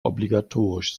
obligatorisch